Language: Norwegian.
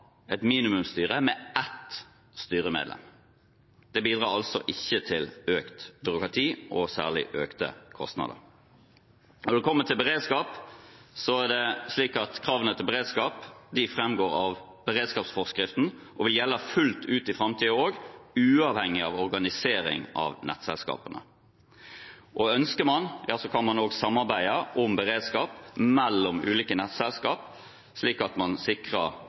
et minimumsstyre med ett styremedlem. Det bidrar altså ikke til økt byråkrati og særlig økte kostnader. Når det kommer til beredskap, er det slik at kravene til beredskap framgår av beredskapsforskriften og vil gjelde fullt ut i framtiden også, uavhengig av organisering av nettselskapene. Og ønsker man, kan ulike nettselskap samarbeide om beredskap, slik at man sikrer